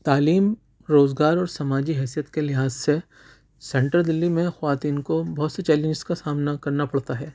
تعلیم روزگار اور سماجی حیثیت کے لحاظ سے سینٹرل دِلّی میں خواتین کو بہت سی چیلنجز کا سامنا کرنا پڑتا ہے